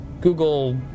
Google